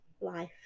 life